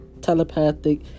telepathic